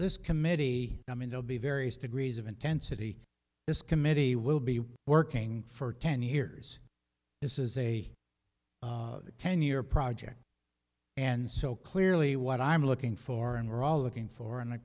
this committee i mean they'll be various degrees of intensity this committee will be working for ten years this is a ten year project and so clearly what i'm looking for and we're all looking for in